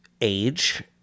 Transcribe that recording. age